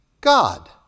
God